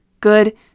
good